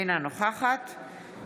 אינה נוכחת מכלוף